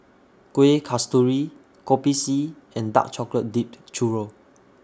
Kuih Kasturi Kopi C and Dark Chocolate Dipped Churro